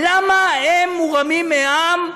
למה הם מורמים מעם?